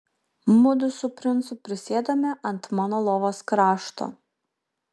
mudu su princu prisėdome ant mano lovos krašto